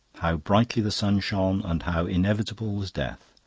how brightly the sun shone and how inevitable was death!